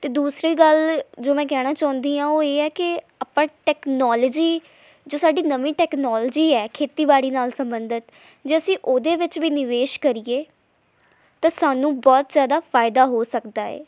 ਅਤੇ ਦੂਸਰੀ ਗੱਲ ਜੋ ਮੈਂ ਕਹਿਣਾ ਚਾਹੁੰਦੀ ਆ ਉਹ ਇਹ ਹੈ ਕਿ ਆਪਾਂ ਟੈਕਨੋਲੋਜੀ ਜੋ ਸਾਡੀ ਨਵੀਂ ਟੈਕਨੋਲਜੀ ਹੈ ਖੇਤੀਬਾੜੀ ਨਾਲ ਸੰਬੰਧਿਤ ਜੇ ਅਸੀਂ ਉਹਦੇ ਵਿੱਚ ਵੀ ਨਿਵੇਸ਼ ਕਰੀਏ ਤਾਂ ਸਾਨੂੰ ਬਹੁਤ ਜ਼ਿਆਦਾ ਫਾਇਦਾ ਹੋ ਸਕਦਾ ਏ